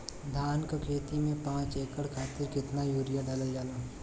धान क खेती में पांच एकड़ खातिर कितना यूरिया डालल जाला?